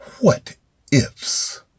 what-ifs